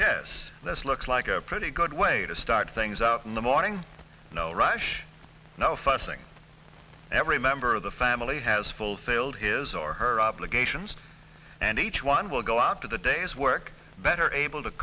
yes this looks like a pretty good way to start things up in the morning no rush no fussing every member of the family has fulfilled his or her obligations and each one will go after the day's work better able to